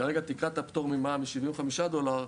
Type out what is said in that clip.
רגע תקרת הפטור ממע"מ היא 75 דולר.